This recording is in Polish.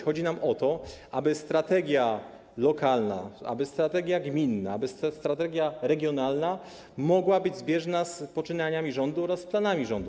Chodzi nam o to, aby strategia lokalna, aby strategia gminna, aby strategia regionalna mogła być zbieżna z poczynaniami rządu oraz planami rządu.